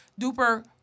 duper